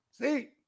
See